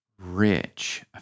rich